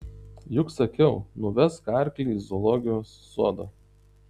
juk sakiau nuvesk arklį į zoologijos sodą